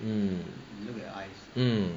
mm mm